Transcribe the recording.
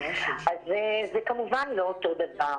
אז זה כמובן לא אותו דבר,